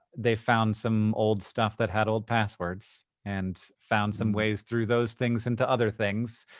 they found some old stuff that had old passwords and found some ways through those things into other things.